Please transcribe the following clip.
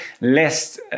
less